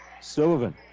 Sullivan